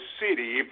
city